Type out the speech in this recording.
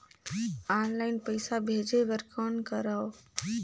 Online पईसा भेजे बर कौन करव?